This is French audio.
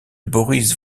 boris